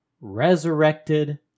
resurrected